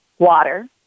Water